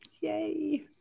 Yay